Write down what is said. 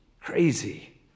crazy